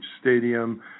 stadium